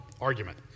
argument